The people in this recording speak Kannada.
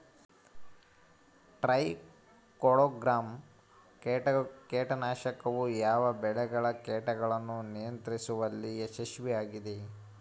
ಟ್ರೈಕೋಡರ್ಮಾ ಕೇಟನಾಶಕವು ಯಾವ ಬೆಳೆಗಳ ಕೇಟಗಳನ್ನು ನಿಯಂತ್ರಿಸುವಲ್ಲಿ ಯಶಸ್ವಿಯಾಗಿದೆ?